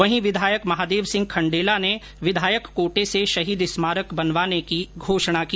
वहीं विधायक महादेव सिंह खण्डेला ने विधायक कोटे से शहीद स्मारक बनवाने की घोषणा की